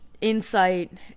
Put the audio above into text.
insight